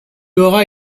aurais